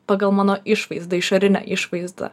pagal mano išvaizdą išorinę išvaizdą